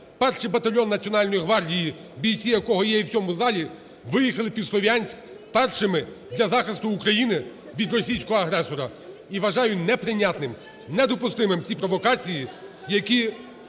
Перший батальйон Національної гвардії, бійці якого є і в цьому залі, виїхали під Слов'янськ першими для захисту України від російського агресора. І вважаю неприйнятним, недопустимими ці провокації, які